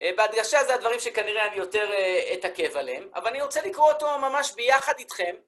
בהדגשה זה הדברים שכנראה אני יותר אתעכב עליהם, אבל אני רוצה לקרוא אותו ממש ביחד איתכם.